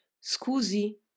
Scusi